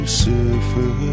surfer